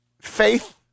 faith